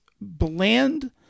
bland